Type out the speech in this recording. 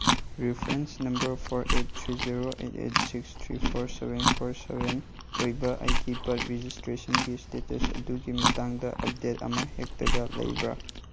ꯔꯤꯐ꯭ ꯔꯦꯟꯁ number four eight three zero eight eight six three four seven four seven ꯑꯣꯏꯕ ꯑꯩꯒꯤ birth ꯔꯦꯖꯤꯁꯇ꯭ꯔꯦꯁꯟꯒꯤ status ꯑꯗꯨꯒꯤ ꯃꯇꯥꯡꯗ ꯑꯞꯗꯦꯠ ꯑꯃ ꯍꯦꯛꯇ ꯂꯩꯕ꯭ꯔꯥ